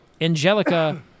Angelica